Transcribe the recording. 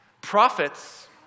Prophets